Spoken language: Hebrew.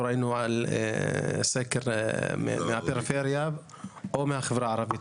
לא ראינו סקר לגבי הפריפריה והחברה הערבית.